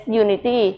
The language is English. unity